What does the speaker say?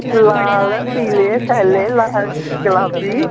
लाल सैल्ले पीले गलाबी